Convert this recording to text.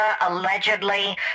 allegedly